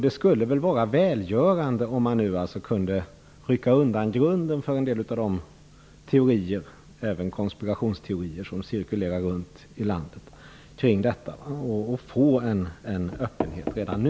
Det skulle vara välgörande om man nu kunde rycka undan grunden för en del av de teorier, även konspirationsteorier, som cirkulerar i landet och få en öppenhet redan nu.